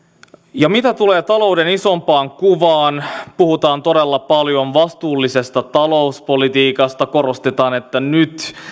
ja mitä tulee talouden isompaan kuvaan puhutaan todella paljon vastuullisesta talouspolitiikasta korostetaan että se